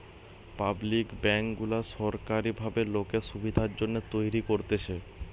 public bank গুলা সোরকারী ভাবে লোকের সুবিধার জন্যে তৈরী করতেছে